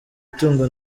itungo